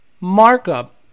markup